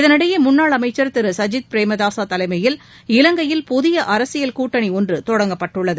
இதனிடையே முன்னாள் அமைச்சா் திருசஜித் பிரேமதாசாதலைமையில் இலங்கையில் புதியஅரசியல் கூட்டணிஒன்றுதொடங்கப்பட்டுள்ளது